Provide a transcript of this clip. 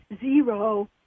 Zero